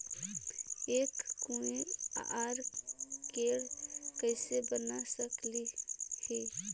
हम QR code कैसे बना सकली ही?